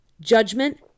Judgment